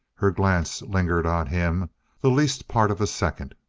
her glance lingered on him the least part of a second.